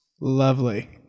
Lovely